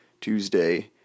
Tuesday